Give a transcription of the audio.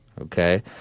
Okay